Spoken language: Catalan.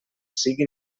sigui